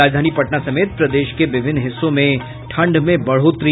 और राजधानी पटना समेत प्रदेश के विभिन्न हिस्सों में ठंड में बढोतरी